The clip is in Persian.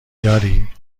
داری